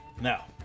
Now